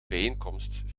bijeenkomst